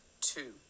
two